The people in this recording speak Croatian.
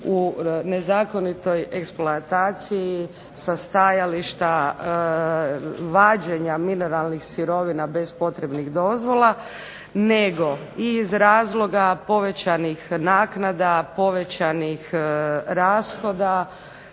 u nezakonitoj eksploataciji sa stajališta vađenja mineralnih sirovina bez potrebnih dozvola, nego i iz razloga povećanih naknada, povećanih rashoda